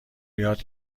یاد